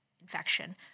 infection